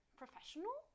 professional